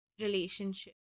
relationship